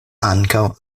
ankaŭ